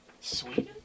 Sweden